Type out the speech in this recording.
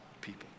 people